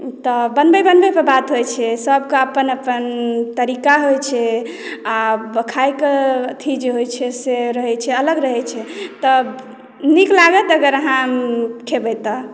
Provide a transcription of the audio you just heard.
तऽ बनबै बनबैके बात होइत छै सभके अपन अपन तरीका होइत छै आ खाइके अथी जे होइत छै से रहैत छै अलग रहैत छै तऽ नीक लागत अगर अहाँ खेबै तऽ